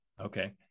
Okay